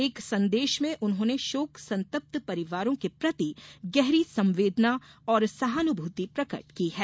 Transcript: एक संदेश में उन्होंने शोक संतप्त परिवारों के प्रति गहरी संवदेना और सहानुभूति प्रकट की है